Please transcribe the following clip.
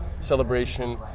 celebration